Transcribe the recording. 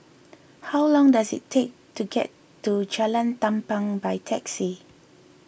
how long does it take to get to Jalan Tampang by taxi